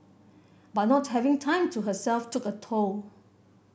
but not having time to herself took a toll